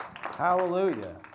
Hallelujah